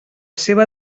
seva